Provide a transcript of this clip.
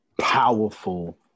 powerful